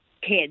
kids